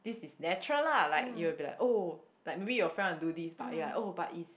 this is natural la like you will be like oh like maybe your friend wanna do this but ya oh but is